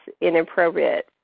inappropriate